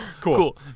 cool